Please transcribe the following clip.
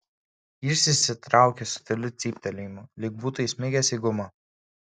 jis išsitraukė su tyliu cyptelėjimu lyg būtų įsmigęs į gumą